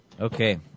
Okay